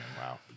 Wow